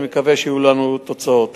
אני מקווה שיהיו לנו תוצאות.